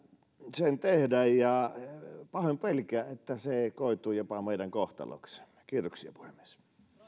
sen tehdä ja pahoin pelkään että se koituu jopa meidän kohtaloksemme kiitoksia puhemies